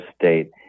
state